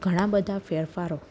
ઘણા બધા ફેરફારો